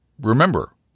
remember